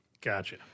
Gotcha